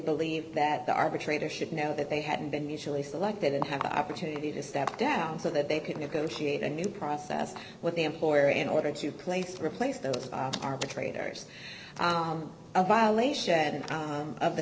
believe that the arbitrator should know that they hadn't been initially selected and have the opportunity to step down so that they could negotiate a new process with the employer in order to place to replace those arbitrators a violation of the